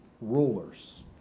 rulers